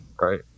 Right